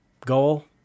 goal